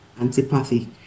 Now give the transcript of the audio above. antipathy